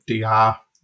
DR